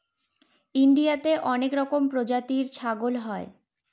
ইন্ডিয়াতে অনেক রকমের প্রজাতির ছাগল হয়